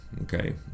okay